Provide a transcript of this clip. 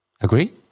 Agree